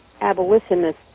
abolitionists